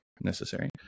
necessary